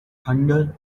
thunder